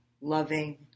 loving